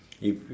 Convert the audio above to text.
if